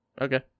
Okay